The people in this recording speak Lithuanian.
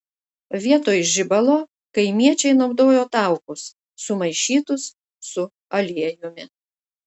vietoj žibalo kaimiečiai naudojo taukus sumaišytus su aliejumi